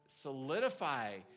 solidify